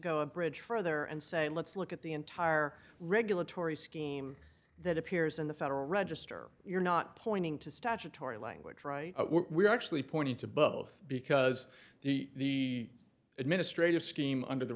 go a bridge further and say let's look at the entire regulatory scheme that appears in the federal register you're not pointing to statutory language right we're actually pointing to both because the administrative scheme under the